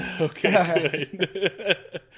Okay